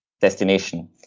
destination